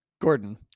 Gordon